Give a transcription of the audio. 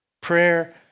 Prayer